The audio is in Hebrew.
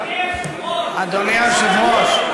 אדוני היושב-ראש,